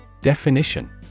Definition